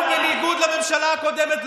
בניגוד לממשלה הקודמת,